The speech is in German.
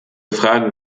fragen